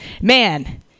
Man